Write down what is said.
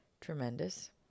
tremendous